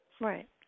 Right